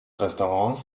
restaurants